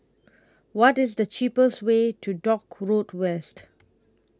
What IS The cheapest Way to Dock Road West